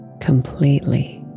completely